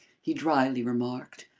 he dryly remarked,